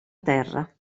terra